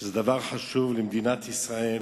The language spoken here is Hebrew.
שזה דבר חשוב למדינת ישראל,